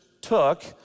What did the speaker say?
took